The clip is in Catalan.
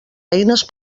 eines